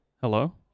hello